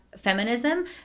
feminism